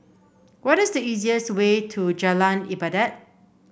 what is the easiest way to Jalan Ibadat